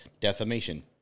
defamation